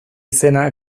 izena